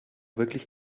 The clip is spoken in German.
wirklich